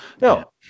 No